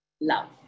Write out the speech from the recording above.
love